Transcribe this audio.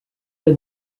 did